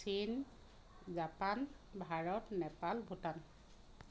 চীন জাপান ভাৰত নেপাল ভূটান